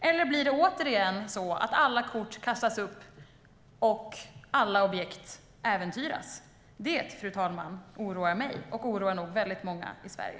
Eller blir det återigen så att alla kort kastas upp och alla objekt äventyras? Det oroar mig, fru talman, och det oroar i så fall nog väldigt många i Sverige.